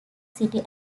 city